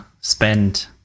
spend